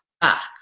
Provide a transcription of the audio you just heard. back